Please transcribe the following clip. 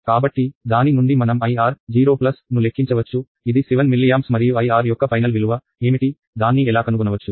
కాబట్టి దాని నుండి మనం IR 0ను లెక్కించవచ్చు ఇది 7 మిల్లియాంప్స్ మరియు IR యొక్క ఫైనల్ విలువ ఏమిటి దాన్ని ఎలా కనుగొనవచ్చు